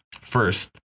first